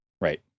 Right